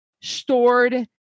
stored